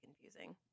confusing